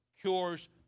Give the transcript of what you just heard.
cures